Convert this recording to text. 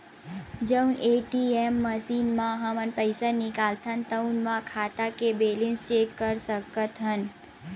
जउन ATM machine म हमन पइसा निकालथन तउनो म खाता के बेलेंस चेक कर सकत हन